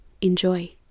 Enjoy